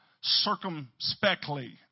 circumspectly